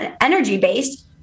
energy-based